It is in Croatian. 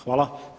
Hvala.